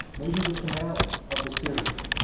maybe the finale of the series.